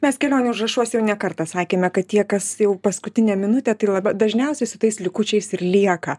mes kelionių užrašuose jau ne kartą sakėme kad tie kas jau paskutinę minutę tai labai dažniausiai su tais likučiais ir lieka